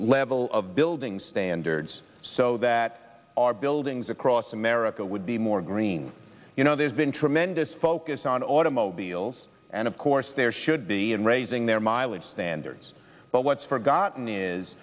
level of building standards so that our buildings across america would be more green you know there's been tremendous focus on automobiles and of course there should be and raising their mileage standards but what's forgotten is